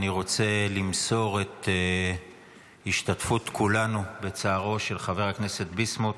אני רוצה למסור את השתתפות כולנו בצערו של חבר הכנסת ביסמוט.